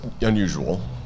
unusual